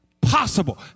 possible